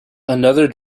another